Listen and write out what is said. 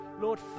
Lord